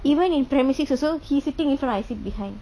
even in primary six also he sitting in front I sit behind